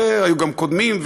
והיו גם קודמים,